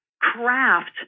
craft